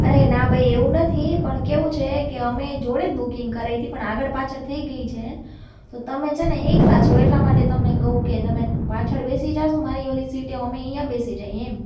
અરે ના ભાઈ એવું નથી પણ કેવું છે કે અમે જોડે જ બુકીંગ કરાવી હતી પણ આગળ પાછળ થઈ ગઈ છે તમે છે ને એકલા છો એટલા માટે તમને કહું કે તમે પાછળ બેસી જશો મારી ઓલી સીટે અમે અહીંયા બેસી જઈએ એમ